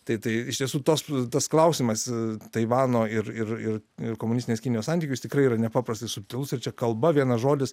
tai tai iš tiesų tas tas klausimas taivano ir ir ir ir komunistinės kinijos santykių jis tikrai yra nepaprastai subtilus ir čia kalba vienas žodis